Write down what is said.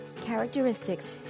characteristics